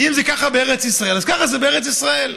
אם זה ככה בארץ ישראל, אז ככה זה בארץ ישראל.